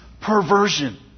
perversion